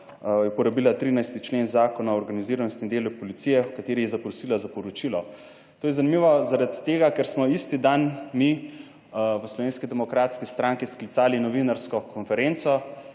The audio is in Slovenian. je uporabila 13. člen Zakona o organiziranosti in delu policije, v kateri je zaprosila za poročilo. To je zanimivo zaradi tega, ker smo isti dan mi v Slovenski demokratski stranki sklicali novinarsko konferenco,